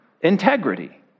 integrity